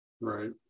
right